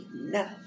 enough